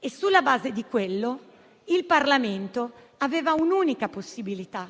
Sulla base di questo il Parlamento aveva un'unica possibilità: